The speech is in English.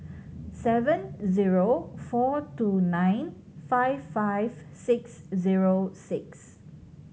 seven zero four two nine five five six zero six